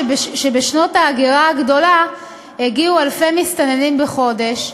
שבשנות ההגירה הגדולה הגיעו אלפי מסתננים בחודש,